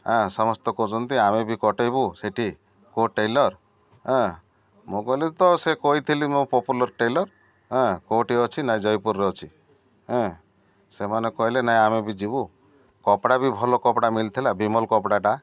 ସମସ୍ତେ କହୁଛନ୍ତି ଆମେ ବି କଟେଇବୁ ସେଠି କେଉଁ ଟେଲର୍ ମୁଁ କହିଲି ତ ସେ କହିଥିଲି ମୁଁ ପପୁଲାର୍ ଟେଲର୍ କେଉଁଠି ଅଛି ନାଇଁ ଜୟପୁରରେ ଅଛି ସେମାନେ କହିଲେ ନାଇଁ ଆମେ ବି ଯିବୁ କପଡ଼ା ବି ଭଲ କପଡ଼ା ମିଲଥିଲା ବିମଲ୍ କପଡ଼ାଟା